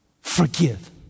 forgive